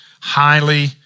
highly